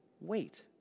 wait